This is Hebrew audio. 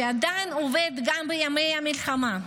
שעדיין עובד גם בימי המלחמה.